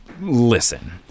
Listen